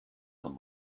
them